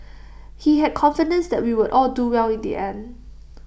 he had confidence that we would all do well in the end